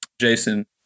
jason